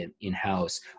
in-house